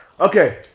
Okay